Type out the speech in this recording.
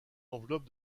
enveloppe